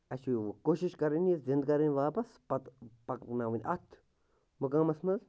اَسہِ چھِ وۅنۍ کوٗشِش کَرٕنۍ یہِ زِنٛدٕ کَرٕنۍ واپَس پَتہٕ پَکناوٕنۍ اَتھ مُقامَس منٛز